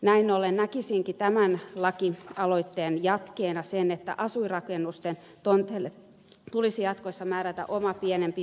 näin ollen näkisinkin tämän lakialoitteen jatkeena sen että asuinrakennusten tonteille tulisi jatkossa määrätä oma pienempi veroprosenttinsa